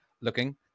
looking